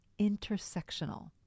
intersectional